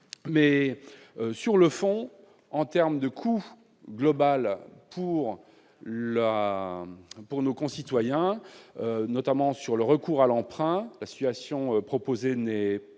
Mais, sur le fond, en termes de coût global pour nos concitoyens, notamment compte tenu du recours à l'emprunt, la solution proposée n'est pas